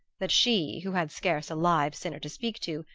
that she, who had scarce a live sinner to speak to,